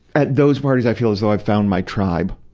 at those parties, i feel as though i've found my tribe.